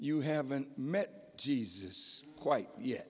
you haven't met jesus quite ye